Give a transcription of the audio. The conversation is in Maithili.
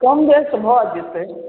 कम बेस भऽ जेतै